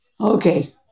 Okay